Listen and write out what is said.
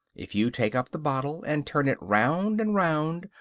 if you take up the bottle and turn it round and round,